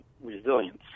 resilience